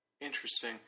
Interesting